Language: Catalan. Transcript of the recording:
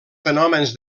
fenòmens